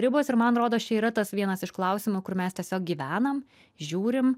ribos ir man rodos čia yra tas vienas iš klausimų kur mes tiesiog gyvenam žiūrim